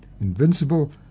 Invincible